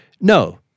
No